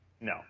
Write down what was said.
No